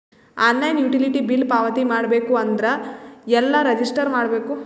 Online utility bill ಪಾವತಿ ಮಾಡಬೇಕು ಅಂದ್ರ ಎಲ್ಲ ರಜಿಸ್ಟರ್ ಮಾಡ್ಬೇಕು?